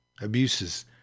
abuses